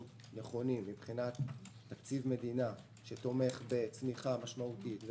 נכונים מבחינת תקציב מדינה שתומך בצמיחה משמעותית,